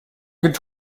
gilt